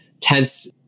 tense